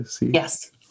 yes